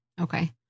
Okay